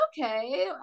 okay